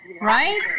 Right